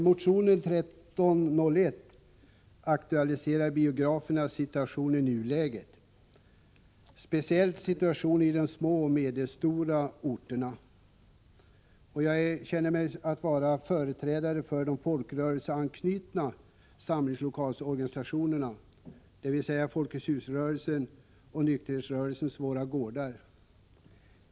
Herr talman! Motion 1301 aktualiserar biografernas situation i nuläget, speciellt situationen på de små och medelstora orterna. Jag känner mig som företrädare för de folkrörelseanknutna samlingslokalorganisationerna, dvs. Folkets hus-rörelsen och nykterhetsrörelsens Våra Gårdar.